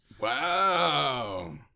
Wow